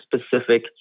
specific